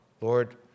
Lord